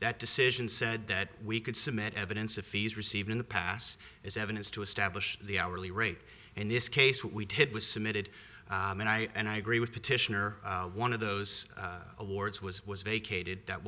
that decision said that we could submit evidence of fees received in the past is evidence to establish the hourly rate in this case what we did was submitted and i agree with petitioner one of those awards was was vacated that